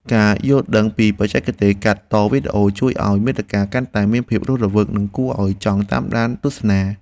ការយល់ដឹងពីបច្ចេកទេសកាត់តវីដេអូ ជួយឱ្យមាតិកាកាន់តែមានភាពរស់រវើកនិងគួរឱ្យចង់តាមដានទស្សនា។